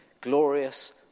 glorious